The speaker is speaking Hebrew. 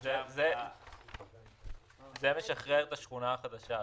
זה ישחרר את השכונה החדשה.